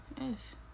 Yes